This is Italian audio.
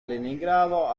leningrado